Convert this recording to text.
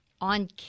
on